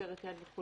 מצערת יד וכולי.